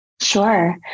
Sure